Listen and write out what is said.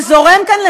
שזורם כאן,